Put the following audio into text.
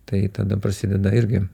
tai tada prasideda irgi